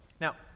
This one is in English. Now